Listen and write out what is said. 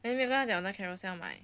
then 没有跟他讲在 carousell 买